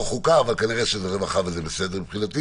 או חוקה, אבל כנראה שזה רווחה, וזה בסדר מבחינתי